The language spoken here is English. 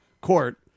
Court